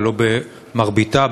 ולא במרביתה.